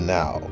now